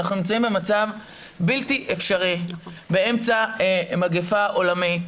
אנחנו נמצאים במצב בלתי אפשרי, באמצע מגפה עולמית,